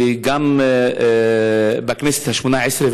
גם בכנסת השמונה-עשרה,